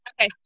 Okay